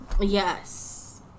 Yes